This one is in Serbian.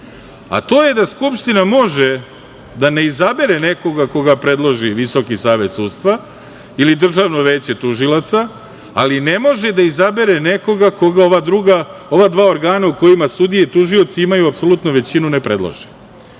a to je da Skupština može da ne izabere nekoga koga predloži VSS ili Državno veće tužilaca, ali ne može da izabere nekoga koga ova dva organa u kojima sudije i tužioci imaju apsolutnu većinu ne predlože.